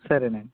సరే అండి